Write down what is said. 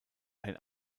ein